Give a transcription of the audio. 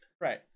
Right